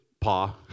Pa